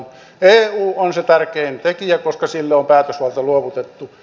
eu on se tärkein tekijä koska sille on päätösvalta luovutettu